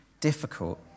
difficult